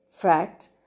fact